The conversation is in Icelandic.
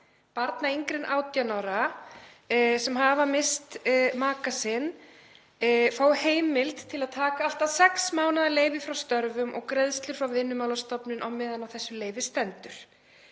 barna yngri en 18 ára að aldri sem missa maka sinn fái heimild til að taka allt að sex mánaða leyfi frá störfum og greiðslur frá Vinnumálastofnun meðan á því leyfi stendur.